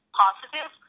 positive